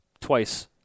twice